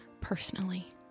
personally